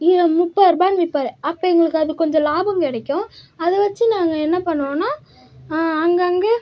இங்கே முப்பது ரூபானு விற்பாரு அப்போ எங்களுக்கு அதில் கொஞ்சம் லாபம் கிடைக்கும் அதை வச்சு நாங்கள் என்ன பண்ணுவோனா அங்கேங்க